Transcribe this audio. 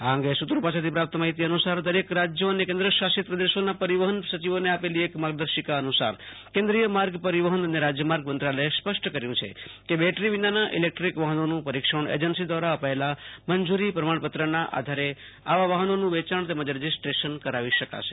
આ અંગે સૂત્રો પાસેથી પ્રાપ્ત માહિતી અનુસાર દરેક રાજ્યો અને કેન્દ્રશાસિત પ્રદેશોના પરિવહન સચિવોને આપેલી એક માર્ગદર્શિકા અનુસાર કેન્દ્રિય માર્ગ પરિવહન અને રાજમાર્ગ મંત્રાલયે સ્પષ્ટ કર્યું છે કે બેટરી વિનાના ઈલેકટ્રિક વાહનોનું પરિક્ષણ એજન્સી દ્વારા અપયેલા મંજૂરી પ્રમાણપત્રના આધારે આવા વાહનોનું વેયાણ તેમજ રજિસ્ટ્રેશન કરાવી શકાશે